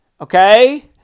Okay